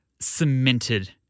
cemented